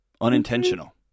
Unintentional